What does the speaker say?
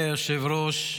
אדוני היושב-ראש,